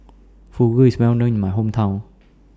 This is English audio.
Fugu IS Well known in My Hometown